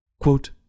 Quote